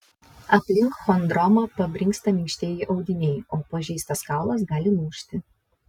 aplink chondromą pabrinksta minkštieji audiniai o pažeistas kaulas gali lūžti